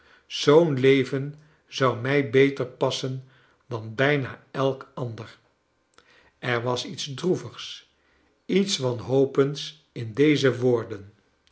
zoo'n leven zou mij beter passen dan bijna elk ander er was iets droevigs iets wanhopends in deze woorden